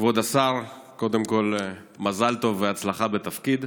כבוד השר, קודם כול מזל טוב והצלחה בתפקיד.